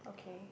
okay